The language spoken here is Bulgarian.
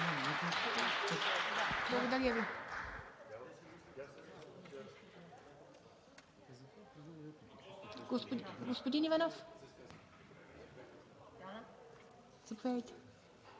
Благодаря Ви. Господин Иванов,